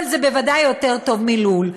אבל זה בוודאי יותר טוב מלול.